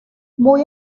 muy